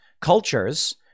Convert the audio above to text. cultures